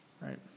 right